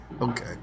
okay